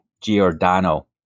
Giordano